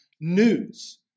news